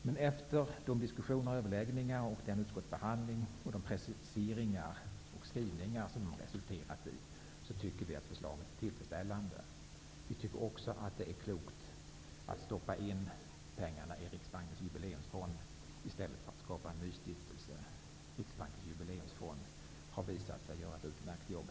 Men efter diskussioner och överläggningar och även efter utskottets behandling och de preciseringar och skrivningar som den resulterat i tycker vi att förslaget är tillfredsställande. Vi tycker också att det är klokt att placera pengarna i Riksbankens jubileumsfond i stället för att skapa en ny stiftelse. Riksbankens jubileumsfond har hittills visat sig göra ett utmärkt jobb.